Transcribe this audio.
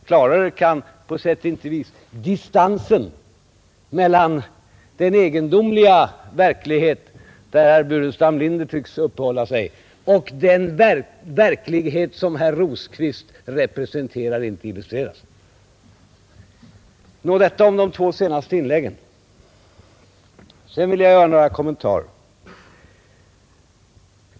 Klarare kan på sätt och vis distansen mellan den egendomliga verklighet, där herr Burenstam Linder tycks uppehålla sig, och den verklighet som herr Rosqvist representerar inte illustreras. Detta om de två senaste inläggen. Sedan vill jag göra några kommentarer.